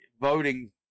voting